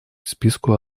списку